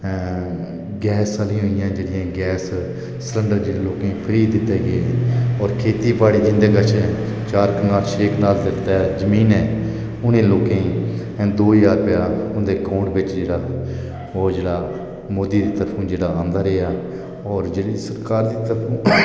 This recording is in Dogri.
में गैस आलीयां होंदियां जेहडियां गेस सलेंडर जेहड़े लोकें गी फ्री दित्ते है पर खेती बाड़ी ते इंदे कश चार कनाल छे कनाल जमीन ऐ ओहदा लोकें गी दो हजार रुपया उंदे अकाउंट बिच जेहड़ा ओह् जेहड़ा मोदी दी तरफो ओह् जेहड़ा आंदा रेहा और जेहड़ी स्कीम सरकार दी तरफो